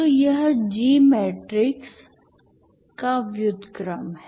तो यह G matrix का व्युत्क्रम है